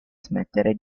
smettere